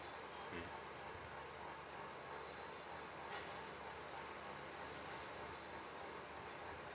mm